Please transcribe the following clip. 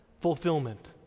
fulfillment